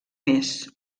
més